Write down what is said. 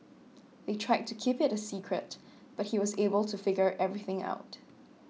they tried to keep it a secret but he was able to figure everything out